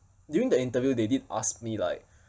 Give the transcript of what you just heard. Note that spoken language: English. during the interview they did ask me like